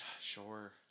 Sure